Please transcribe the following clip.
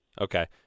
Okay